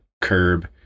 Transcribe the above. curb